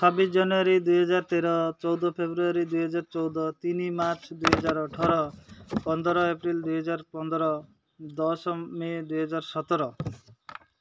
ଛବିଶ ଜାନୁଆରୀ ଦୁଇହଜାର ତେର ଚଉଦ ଫେବୃଆରୀ ଦୁଇହଜାର ଚଉଦ ତିନି ମାର୍ଚ୍ଚ ଦୁଇହଜାର ଅଠର ପନ୍ଦର ଏପ୍ରିଲ ଦୁଇହଜାର ପନ୍ଦର ଦଶ ମେ ଦୁଇହଜାର ସତର